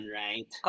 right